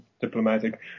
diplomatic